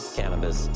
cannabis